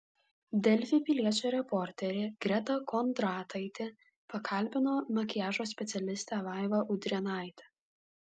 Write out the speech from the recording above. delfi piliečio reporterė greta kondrataitė pakalbino makiažo specialistę vaivą udrėnaitę